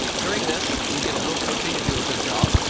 during this, you'll get a little coaching to do a good job.